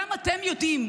גם אתם יודעים,